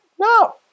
No